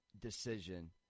decision